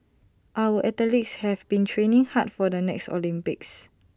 our athletes have been training hard for the next Olympics